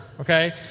Okay